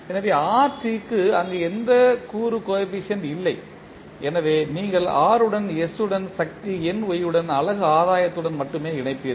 எனவே rt க்கு அங்கு எந்தக் கூறு கோஎபிசியன்ட் இல்லை எனவே நீங்கள் r உடன் s உடன் சக்தி ny உடன் அலகு ஆதாயத்துடன் மட்டுமே இணைப்பீர்கள்